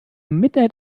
midnight